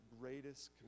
greatest